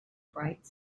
bright